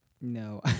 No